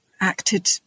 acted